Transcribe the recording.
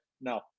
No